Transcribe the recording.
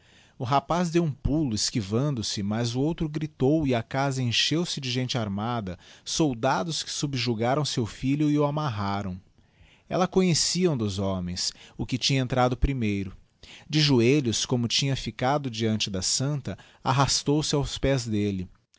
o rapaz deu um pulo esquivando se mas o outro gritou e a casa encheu-se de gente armada soldados que subjugaram seu filho e o amarraram ella conhecia um dos homens o que tinha entrado primeiro de joelhos como tinha ficado deante da santa arrastou-se aos pés d'elle